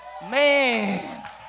Man